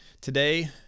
today